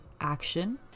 Action